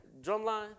Drumline